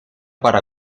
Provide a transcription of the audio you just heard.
para